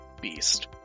beast